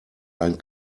ein